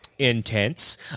Intense